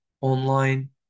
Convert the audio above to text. online